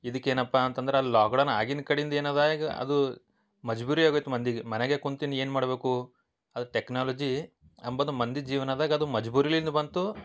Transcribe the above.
ಇದಕ್ಕೇನಪ್ಪ ಅಂತಂದ್ರೆ ಅಲ್ಲಿ ಲಾಕ್ಡೌನ್ ಆಗಿನ ಕಡಿಂದ ಏನು ಇದೆ ಗ್ ಅದು ಮಜ್ಬೂರಿ ಆಗೋಯ್ತು ಮಂದಿಗೆ ಮನೆಗೆ ಕುಂತು ಇನ್ನು ಏನು ಮಾಡಬೇಕು ಅದು ಟೆಕ್ನಾಲಜಿ ಅನ್ನದ್ ಮಂದಿ ಜೀವನದಾಗೆ ಅದು ಮಜ್ಬೂರಿಯಿಂದ ಬಂತು